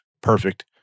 perfect